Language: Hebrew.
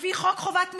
לפי חוק חובת מכרזים,